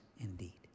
indeed